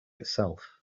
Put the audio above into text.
itself